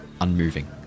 unmoving